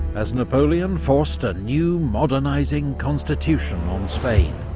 as napoleon forced a new, modernising constitution on spain,